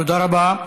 תודה רבה.